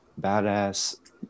Badass